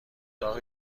اتاق